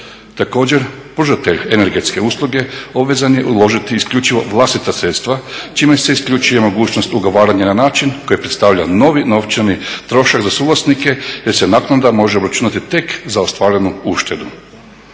Također, pružatelj energetske usluge obvezan je uložiti isključivo vlastita sredstva čime se isključuje mogućnost ugovaranja na način koji predstavlja novi novčani trošak za suvlasnike jer se naknada može obračunati tek za ostvarenu uštedu.